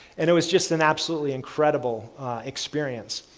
and it was just an absolutely incredible experience.